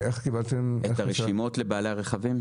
את הרשימות לבעלי הרכבים?